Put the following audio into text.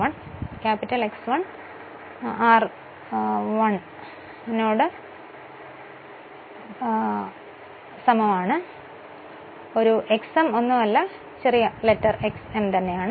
R 1 r 1 X 1 r 1 X m ഒരു x m ആണ് ഇത് r ആണ്